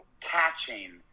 catching